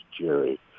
Jerry